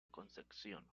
concepción